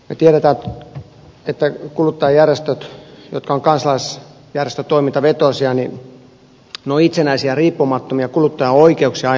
me tiedämme että kuluttajajärjestöt jotka ovat kansalaisjärjestötoimintavetoisia ovat itsenäisiä ja riippumattomia kuluttajan oikeuksia ajavia järjestöjä